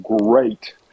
Great